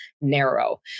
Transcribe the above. narrow